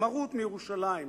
מרוה מירושלים,